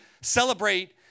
celebrate